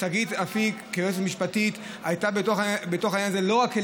שגית אפיק כיועצת משפטית הייתה בתוך העניין הזה לא רק כליווי,